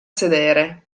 sedere